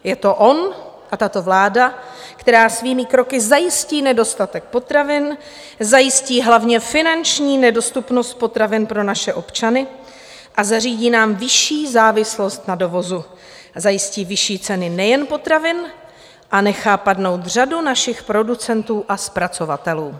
Je to on a tato vláda, která svými kroky zajistí nedostatek potravin, zajistí hlavně finanční nedostupnost potravin pro naše občany a zařídí nám vyšší závislost na dovozu, zajistí vyšší ceny nejen potravin a nechá padnout řadu našich producentů a zpracovatelů.